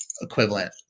equivalent